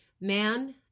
Man